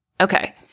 Okay